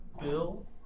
Bill